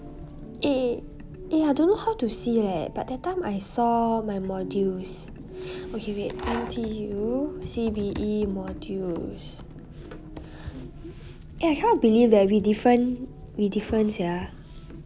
eh eh eh I don't know how to see eh but that time I saw my modules okay wait n t u c b e modules eh I cannot believe that we different we different sia